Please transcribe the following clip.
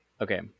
Okay